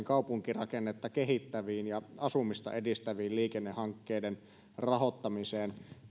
kaupunkirakennetta kehittävien ja asumista edistävien liikennehankkeiden rahoittamiseen kun